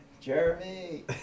Jeremy